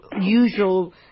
usual